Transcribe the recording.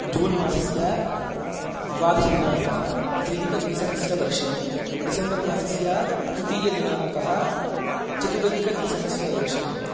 जून् मासस्य द्वादशदिनाङ्कः त्रिदिकद्विसहस्रवर्षं दिसम्बर् मासस्य तृतीयदिनाङ्कः चतुरधिकद्विसहस्रवर्षम्